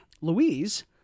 Louise